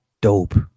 dope